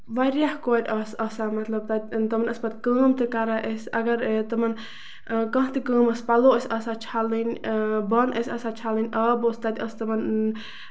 واریاہ کورِ ٲسۍ آسان مطلب تَتٮ۪ن تِم ٲسۍ پَتہٕ کٲم تہِ کران أسۍ اَگر تِمَن کانہہ تہِ کٲم ٲسۍ پَلو ٲسۍ آسان چھلٕنۍ بانہٕ ٲسۍ آسان چھَلٕنۍ آب اوس تَتہِ اسہِ تِمَن